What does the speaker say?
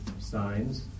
signs